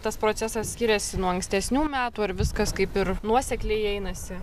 tas procesas skiriasi nuo ankstesnių metų ar viskas kaip ir nuosekliai einasi